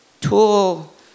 tool